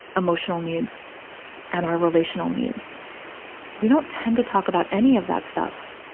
emotional needs and our relational needs we don't tend to talk about any of that stuff,